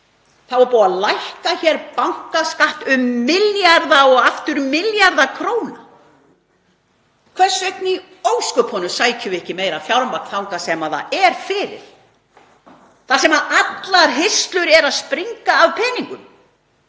er búið að lækka bankaskatt um milljarða og aftur milljarða króna. Hvers vegna í ósköpunum sækjum við ekki meira fjármagn þangað sem það er fyrir, þar sem allar hirslur eru að springa af peningum?